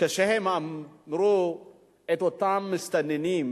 כשהם אמרו על אותם מסתננים: